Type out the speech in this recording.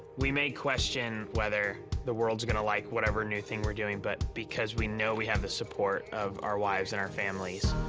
we may question whether the world's gonna like whatever new thing we're doing, but because we know we have the support of our wives and our families,